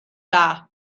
dda